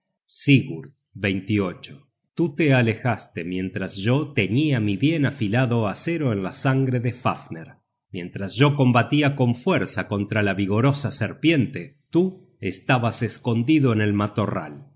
sigurd tú te alejaste mientras yo teñia mi bien afilado acero en la sangre de fafner mientras yo combatia con fuerza contra la vigorosa serpiente tú estabas escondido en el matorral y